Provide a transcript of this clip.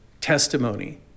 testimony